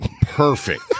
Perfect